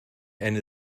eine